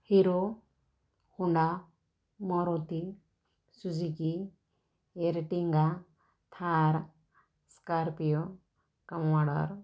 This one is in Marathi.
hero Honda Maruti Suzuki Ertiga Thar Scorpio commander